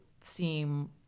seem